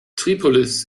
tripolis